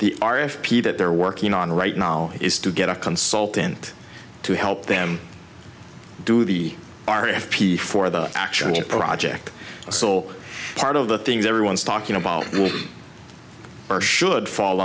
the r f p that they're working on right now is to get a consultant to help them do the r f p for the actual project so part of the things everyone's talking about or should fall